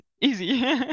easy